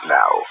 now